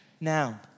Now